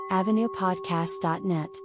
AvenuePodcast.net